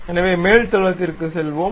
எனவே மேல் தளத்திற்கு செல்வோம்